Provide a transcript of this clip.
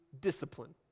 discipline